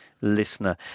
listener